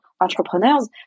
entrepreneurs